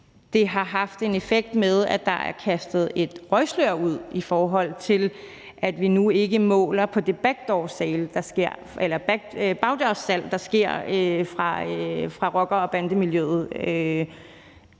Det har haft den effekt, at der er kastet et røgslør ud, i forhold til at vi nu ikke måler på det bagdørssalg, der sker i rocker- og bandemiljøet,